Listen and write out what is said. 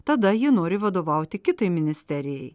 tada jie nori vadovauti kitai ministerijai